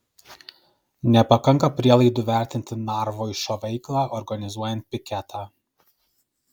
nepakanka prielaidų vertinti narvoišo veiklą organizuojant piketą